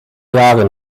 jahren